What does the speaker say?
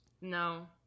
no